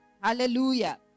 Hallelujah